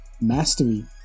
mastery